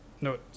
No